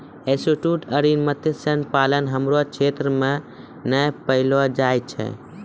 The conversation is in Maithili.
एस्टुअरिन मत्स्य पालन हमरो क्षेत्र मे नै पैलो जाय छै